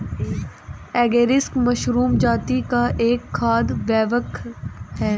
agaricus mushroom जाती का एक खाद्य कवक है